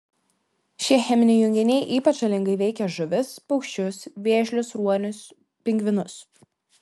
šie cheminiai junginiai ypač žalingai veikia žuvis paukščius vėžlius ruonius pingvinus